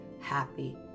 happy